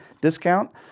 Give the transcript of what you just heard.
discount